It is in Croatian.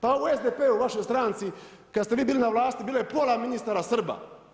Pa u SDP-u u vašoj stranci kada ste vi bili na vlasti bilo je pola ministara Srba.